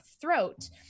throat